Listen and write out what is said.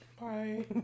Bye